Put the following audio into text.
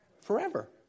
Forever